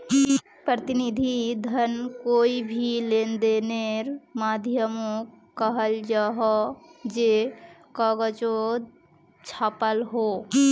प्रतिनिधि धन कोए भी लेंदेनेर माध्यामोक कहाल जाहा जे कगजोत छापाल हो